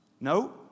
No